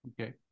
Okay